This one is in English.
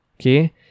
okay